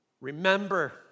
Remember